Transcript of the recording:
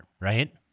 Right